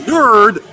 Nerd